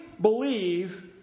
believe